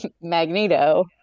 Magneto